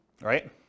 right